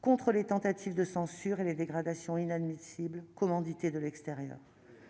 contre les tentatives de censure et les dégradations inadmissibles commanditées de l'extérieur,